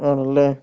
ആണല്ലേ